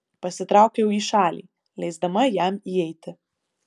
pasitraukiau į šalį leisdama jam įeiti